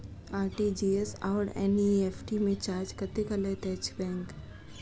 RTGS आओर NEFT मे charge कतेक लैत अछि बैंक?